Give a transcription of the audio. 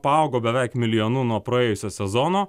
paaugo beveik milijonu nuo praėjusio sezono